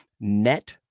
net